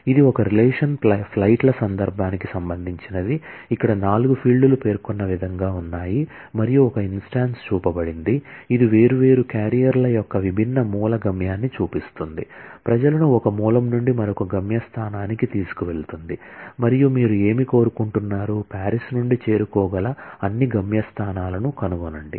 ఇది ఒక రిలేషన్ ఫ్లైట్ల సందర్భం కి సంబంధించింది ఇక్కడ నాలుగు ఫీల్డ్లు పేర్కొన్న విధంగా ఉన్నాయి మరియు ఒక ఇన్స్టాన్స్ చూపబడింది ఇది వేర్వేరు క్యారియర్ల యొక్క విభిన్న మూల గమ్యాన్ని చూపిస్తుంది ప్రజలను ఒక మూలం నుండి మరొక గమ్యస్థానానికి తీసుకువెళుతుంది మరియు మీరు ఏమి కోరుకుంటున్నారు పారిస్ నుండి చేరుకోగల అన్ని గమ్యస్థానాలను కనుగొనండి